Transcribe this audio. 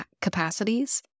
capacities